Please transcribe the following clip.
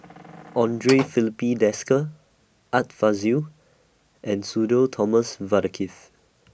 Andre Filipe Desker Art Fazil and Sudhir Thomas Vadaketh